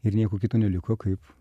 ir nieko kito neliko kaip